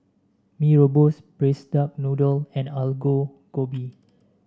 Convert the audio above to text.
Mee Rebus Braised Duck Noodle and Aloo Gobi